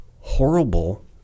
horrible